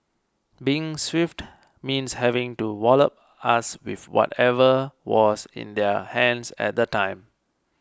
being swift means having to wallop us with whatever was in their hands at the time